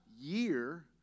year